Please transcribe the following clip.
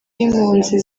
y’impunzi